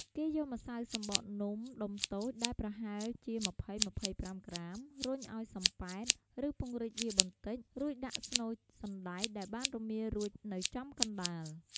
គេយកម្សៅសំបកនំមួយដុំតូច ដែលប្រហែលជា ២០-២៥ ក្រាម រុញឲ្យសំប៉ែត ឬពង្រីកវាបន្តិច រួចដាក់ស្នូលសណ្តែកដែលបានរមៀលរួចនៅចំកណ្តាល។